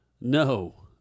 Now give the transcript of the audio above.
No